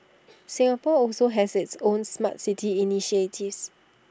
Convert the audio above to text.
Singapore also has its own Smart City initiatives